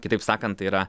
kitaip sakant tai yra